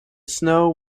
snow